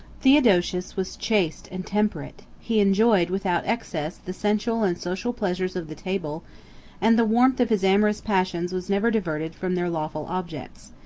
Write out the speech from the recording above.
theodosius was chaste and temperate he enjoyed, without excess, the sensual and social pleasures of the table and the warmth of his amorous passions was never diverted from their lawful objects.